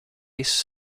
his